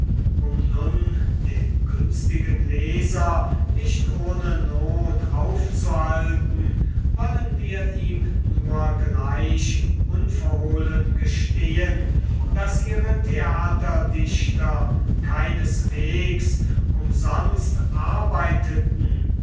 um nun den günstigen leser nicht ohne not aufzuhalten wollen wir ihm nur gleich unverhohlen gestehen daß ihre theaterdichter keineswegs umsonst arbeiteten